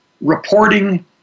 reporting